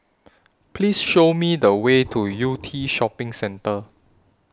Please Show Me The Way to Yew Tee Shopping Centre